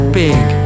big